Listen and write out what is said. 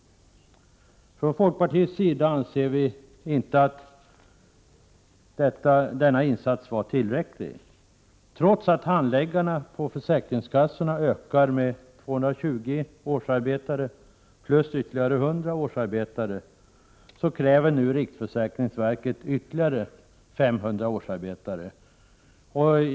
Vi i folkpartiet anser dock inte att det är tillräckligt med den insatsen. Trots att antalet handläggare på försäkringskassorna ökar med 220 plus 100 årsarbetare, kräver nu riksförsäkringsverket ytterligare 500 årsarbetare.